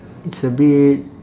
it's a bit